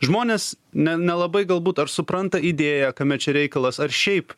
žmonės ne nelabai galbūt ar supranta idėją kame čia reikalas ar šiaip